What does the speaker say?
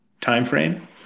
timeframe